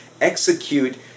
execute